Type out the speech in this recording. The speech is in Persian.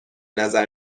نظر